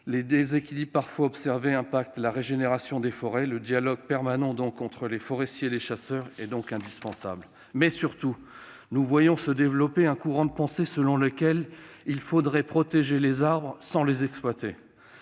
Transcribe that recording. les déséquilibres parfois observés affectent la régénération des forêts. Un dialogue permanent entre les forestiers et les chasseurs est donc indispensable. Surtout, nous voyons se développer un courant de pensée selon lequel il faudrait protéger les arbres sans les exploiter.